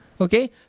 Okay